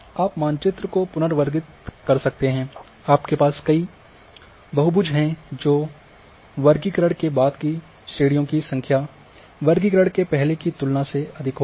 आप मानचित्र को पुनर्वर्गीकृत कर सकते हैं आपके पास कई बहुभुज हैं तो वर्गीकरण के बाद की श्रेणियों की संख्या वर्गीकरण के पहले की तुलना में अधिक होगी